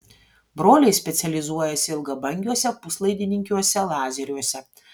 broliai specializuojasi ilgabangiuose puslaidininkiniuose lazeriuose